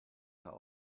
how